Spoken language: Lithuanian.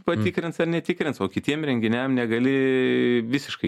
patikrins ar netikrins o kitiem renginiam negali visiškai